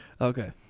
okay